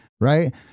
right